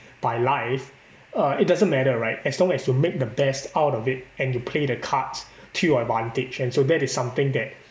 by life uh it doesn't matter right as long as you make the best out of it and you play the cards to your advantage and so that is something that